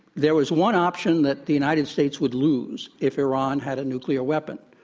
there was one option that the united states would lose if iran had a nuclear weapon,